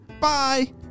Bye